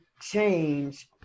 change